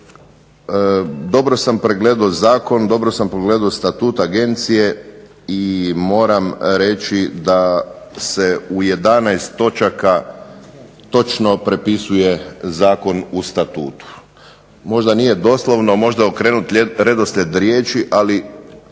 dobro sam pogledao Zakon i dobro sam pogledao Statut Agencije i moram reći da se u 11 točaka točno prepisuje Zakon u statutu. Možda nije doslovno, možda okrenut redoslijed riječi ali